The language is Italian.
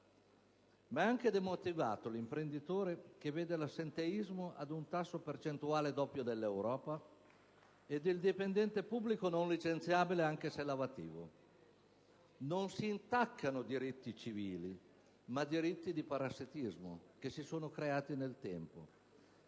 ma è anche demotivato l'imprenditore che vede l'assenteismo ad un tasso percentuale doppio dell'Europa e un dipendente pubblico non licenziabile anche se lavativo. Non si intaccano diritti civili, ma diritti di parassitismo che si sono creati nel tempo.